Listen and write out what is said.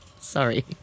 Sorry